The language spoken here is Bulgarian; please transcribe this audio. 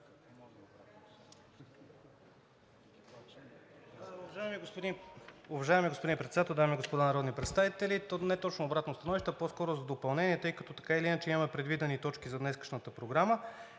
Уважаеми господин Председател, дами и господа народни представители! Не точно обратно становище, а по-скоро за допълнение. Тъй като така или иначе имаме предвидени точки за днешната програма